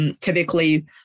typically